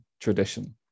tradition